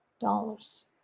dollars